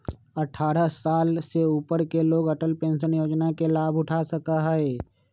अट्ठारह साल से ऊपर के लोग अटल पेंशन योजना के लाभ उठा सका हई